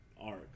arc